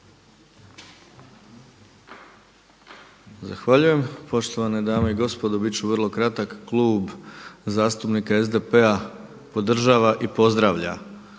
Zahvaljujem. Poštovane dame i gospodo bit ću vrlo kratak. Klub zastupnika SDP-a podržava i pozdravlja